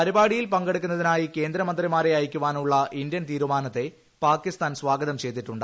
പരിപാടിയിൽ പങ്കെടുക്കാനായി കേന്ദ്ര മന്ത്രിമാരെ അയയ്ക്കാനുള്ള ഇന്ത്യൻ തീരുമാനത്തെ പാക്കിസ്ഥാൻ സ്വാഗതം ചെയ്തിട്ടുണ്ട്